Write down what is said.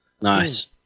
Nice